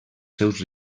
seus